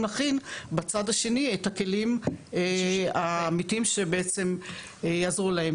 להכין בצד השני את הכלים האמיתיים שבעצם יעזרו להם.